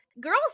Girls